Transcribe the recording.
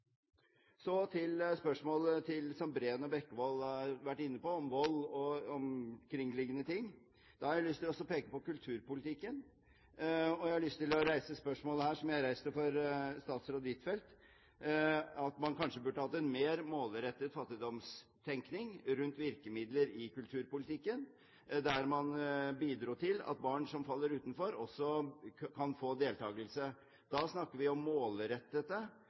Så til spørsmålet som Breen og Bekkevold har vært inne på, om vold og omkringliggende ting. Da har jeg lyst til å peke på kulturpolitikken, og jeg har lyst til å reise spørsmålet som jeg har reist for statsråd Huitfeldt, om at man kanskje burde hatt en mer målrettet fattigdomstenkning rundt virkemidler i kulturpolitikken, der man kan bidra til at barn som faller utenfor, også kan få deltakelse. Da snakker vi om